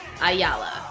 Ayala